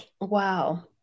Wow